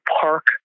park